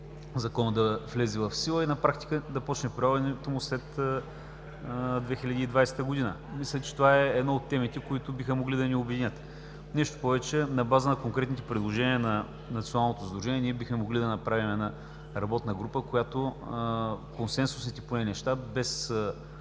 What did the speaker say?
да влезе в сила и на практика прилагането му да започне след 2020 г. Мисля, че това е една от темите, които биха могли да ни обединят. Нещо повече, на база на конкретните предложения на Националното сдружение на общините бихме могли да направим работна група, в която поне консенсусните неща,